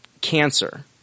cancer